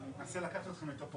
שיהיה יותר לעומקם של דברים,